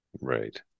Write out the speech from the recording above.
Right